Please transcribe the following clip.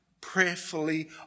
prayerfully